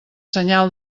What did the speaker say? senyal